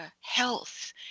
health